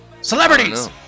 celebrities